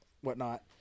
whatnot